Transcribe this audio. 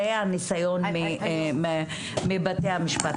זה הניסיון מבתי המשפט.